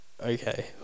okay